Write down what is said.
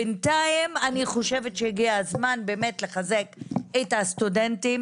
בינתיים אני חושבת שהגיע הזמן באמת לחזק את הסטודנטים